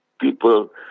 people